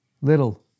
little